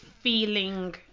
feeling